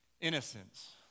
Innocence